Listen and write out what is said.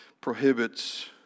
prohibits